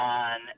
on